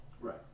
Right